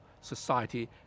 society